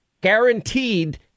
Guaranteed